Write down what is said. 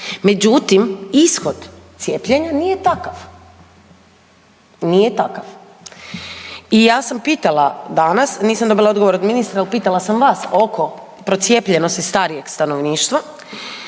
Međutim, ishod cijepljenja nije takav. Nije takav. I ja sam pitala dana, nisam dobila odgovor od ministra ali pitala sam vas oko procijepljenosti starijeg stanovništva